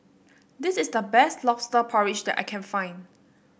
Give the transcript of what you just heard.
this is the best lobster porridge that I can find